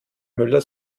müller